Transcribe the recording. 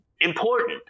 important